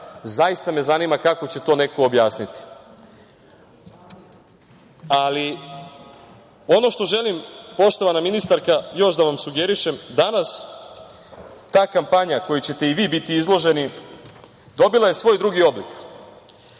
zaista me zanima kako će to neko objasniti? Ono što želim, poštovana ministarka, još da vam sugerišem, danas ta kampanja kojoj ćete i vi biti izloženi dobila je svoj drugi oblik.